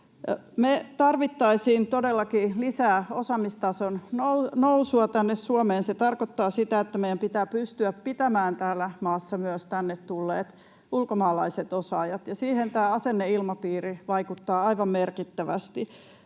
Me tarvittaisiin todellakin lisää osaamistason nousua tänne Suomeen. Se tarkoittaa sitä, että meidän pitää pystyä pitämään täällä myös tänne tulleet ulkomaalaiset osaajat, ja siihen asenneilmapiiri vaikuttaa aivan merkittävästi.